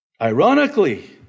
Ironically